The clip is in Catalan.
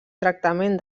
tractament